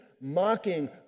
Mocking